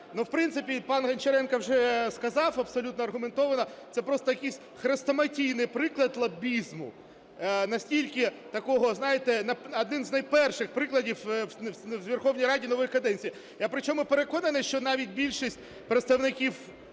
Ну, в принципі, пан Гончаренко вже сказав абсолютно аргументовано: це просто якийсь хрестоматійний приклад лобізму, настільки такого, знаєте, один з найперших прикладів у Верховній Раді нової каденції. Я причому переконаний, що навіть більшість представників